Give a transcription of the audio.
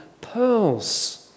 pearls